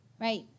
right